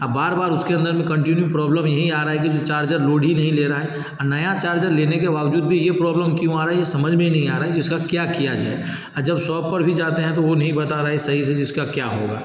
अब बार बार उसके अंदर में कंटिन्यू प्रॉब्लम यही आ रहा है कि जो चार्जर लोड ही नहीं ले रहा है और नया चार्जर लेने के बावजूद भी ये प्रॉब्लम क्यों आ रही है ये समझ में ही नहीं आ रहा कि इसका क्या किया जाए और जब शॉप पर भी जाते हैं तो वो नहीं बता रहे सही से जिसका क्या होगा